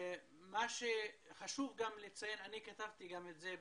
אבל אנחנו רואים שהנוכחות הזאת לא עוזרת למגר את האלימות